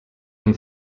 han